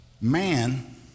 man